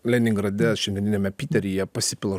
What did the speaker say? leningrade šiandieniniame piteryje pasipila